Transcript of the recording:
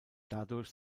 dadurch